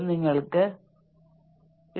ഇത് നിങ്ങളെ സമ്മർദ്ദം കുറയ്ക്കാൻ സഹായിക്കുന്നു